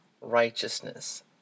righteousness